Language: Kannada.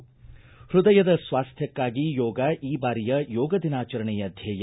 ಪೃದಯದ ಸ್ವಾಸ್ತ್ಯಕ್ಷಾಗಿ ಯೋಗ ಈ ಬಾರಿಯ ಯೋಗ ದಿನಾಚರಣೆಯ ಧ್ವೇಯ